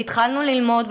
והתחלנו ללמוד,